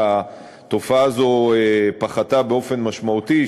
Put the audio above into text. והתופעה הזו פחתה באופן משמעותי.